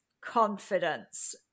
confidence